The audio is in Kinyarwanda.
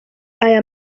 aya